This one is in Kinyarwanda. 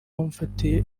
bamufatiye